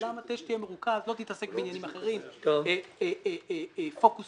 אלה דברים שנועדו לפעמים להגן על פני הוצאות